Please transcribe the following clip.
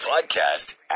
podcast